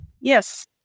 yes